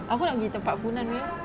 aku nak pergi tempat funan punya